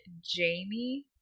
Jamie